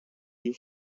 you